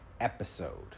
episode